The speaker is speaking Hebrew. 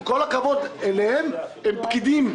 עם כל הכבוד אליהם הם פקידים.